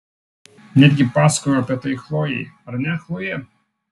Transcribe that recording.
netgi pasakojau apie tai chlojei ar ne chloje